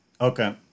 Okay